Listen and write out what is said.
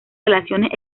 relaciones